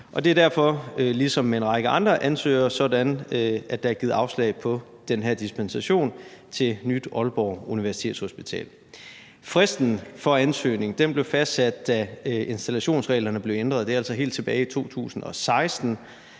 Det er derfor, at der ligesom til en række andre ansøgere er blevet givet et afslag på den her dispensation til Nyt Aalborg Universitetshospital. Fristen for ansøgning blev fastsat, da installationsreglerne blev ændret – det var altså helt tilbage i 2016.